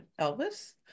elvis